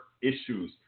issues